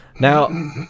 now